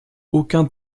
aucun